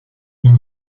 une